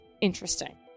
interesting